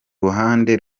ruhande